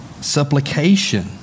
supplication